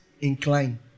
Incline